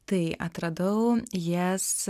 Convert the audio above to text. tai atradau jas